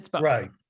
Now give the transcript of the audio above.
right